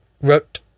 wrote